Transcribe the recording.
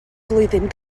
flwyddyn